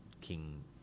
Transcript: King